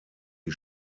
die